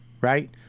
Right